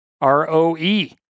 R-O-E